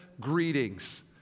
greetings